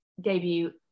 debut